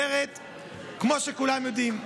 כמו שכולם יודעים,